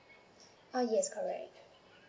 ah yes correct